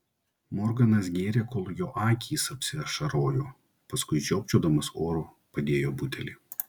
morganas gėrė kol jo akys apsiašarojo paskui žiopčiodamas oro padėjo butelį